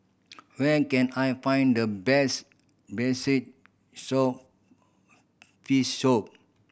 where can I find the best braised soap fin soup